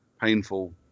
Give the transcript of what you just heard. painful